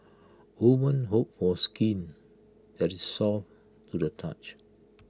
women hope for skin that is soft to the touch